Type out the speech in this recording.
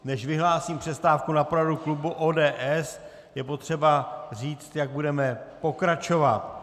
Než vyhlásím přestávku na poradu klubu ODS, je potřeba říct, jak budeme pokračovat.